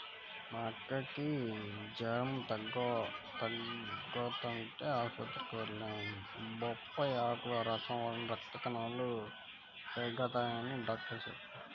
మా అక్కకి జెరం తగ్గకపోతంటే ఆస్పత్రికి వెళ్లాం, బొప్పాయ్ ఆకుల రసం వల్ల రక్త కణాలు పెరగతయ్యని డాక్టరు చెప్పారు